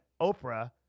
Oprah